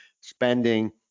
spending